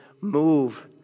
move